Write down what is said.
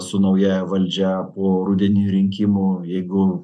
su naująja valdžia po rudeninių rinkimų jeigu